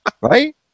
Right